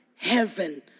heaven